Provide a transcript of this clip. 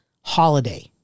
Holiday